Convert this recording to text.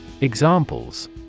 Examples